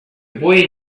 boy